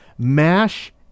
mash